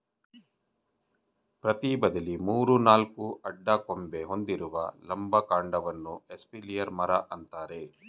ಪ್ರತಿ ಬದಿಲಿ ಮೂರು ನಾಲ್ಕು ಅಡ್ಡ ಕೊಂಬೆ ಹೊಂದಿರುವ ಲಂಬ ಕಾಂಡವನ್ನ ಎಸ್ಪಾಲಿಯರ್ ಮರ ಅಂತಾರೆ